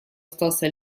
остался